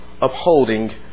upholding